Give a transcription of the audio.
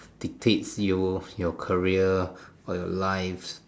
dictates you your career or your life